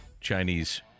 Chinese